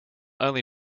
only